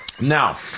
Now